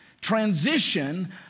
transition